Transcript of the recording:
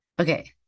Okay